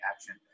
action